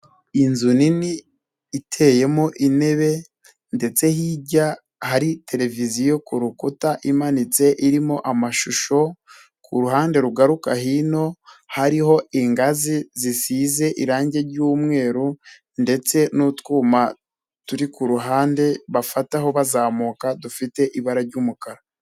Inzu nini iteyemo intebe ndetse hirya hari televiziyo ku rukuta imanitse irimo amashusho ku ruhande rugaruka hino hariho ingazi zisize irangi ry'umweru ndetse n'utwuma turi ku ruhande bafataho bazamuka dufite ibara ry'umukara.